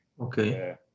okay